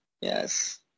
yes